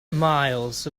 miles